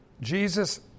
Jesus